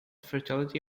fertility